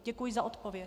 Děkuji za odpověď.